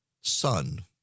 son